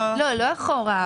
לא, לא אחורה.